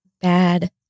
bad